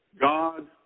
God